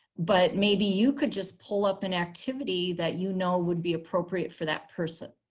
but maybe you could just pull up an activity that you know would be appropriate for that person.